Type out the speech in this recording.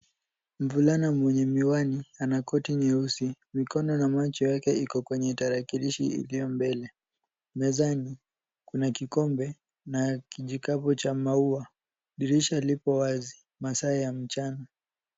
Mvulana mwenye miwani ana koti nyeusi, mikono na macho yake iko kwenye tarakilishi iliyo mbele. Mezani kuna kikombe na kijikapu cha maua. Dirisha lipo wazi, masaa ya mchana.